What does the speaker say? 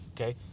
okay